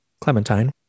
Clementine